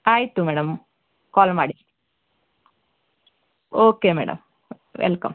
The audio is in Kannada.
ಆಯಿತು ಮೇಡಮ್ ಕಾಲ್ ಮಾಡಿ ಓಕೆ ಮೇಡಮ್ ವೆಲ್ಕಂ